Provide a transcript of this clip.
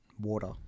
water